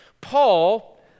Paul